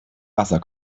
wasser